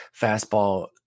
fastball